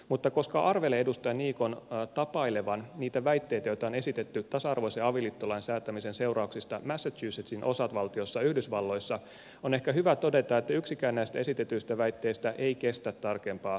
mutta koska arvelen edustaja niikon tapailevan niitä väitteitä joita on esitetty tasa arvoisen avioliittolain säätämisen seurauksista massachusettsin osavaltiossa yhdysvalloissa on ehkä hyvä todeta että yksikään näistä esitetyistä väitteistä ei kestä tarkempaa tarkastelua